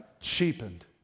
cheapened